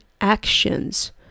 actions